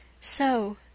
So